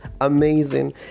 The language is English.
amazing